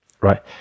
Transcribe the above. right